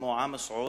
כמו עמוס עוז,